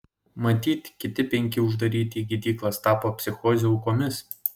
matyt kiti penki uždaryti į gydyklas tapo psichozių aukomis